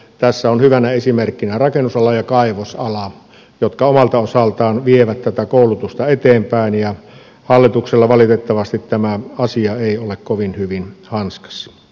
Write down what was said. tässä on hyvänä esimerkkinä rakennusala ja kaivosala jotka omalta osaltaan vievät tätä koulutusta eteenpäin ja hallituksella valitettavasti tämä asia ei ole kovin hyvin hanskassa